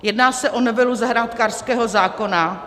Jedná se o novelu zahrádkářského zákona.